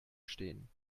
stehen